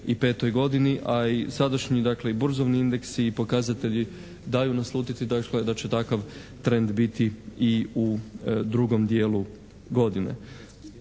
u 2005. godini, a i sadašnji dakle i burzovni indeksi i pokazatelji daju naslutiti dakle da će takav trend biti i u drugom dijelu godine.